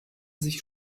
sich